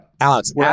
alex